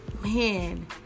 man